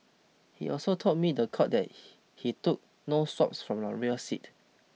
he also told me the court that he he took no swabs from the rear seat